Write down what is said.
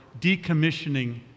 decommissioning